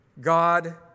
God